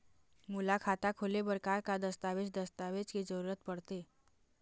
मोला खाता खोले बर का का दस्तावेज दस्तावेज के जरूरत पढ़ते?